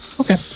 okay